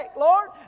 Lord